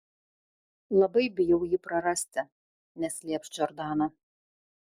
labai bijau jį prarasti neslėps džordana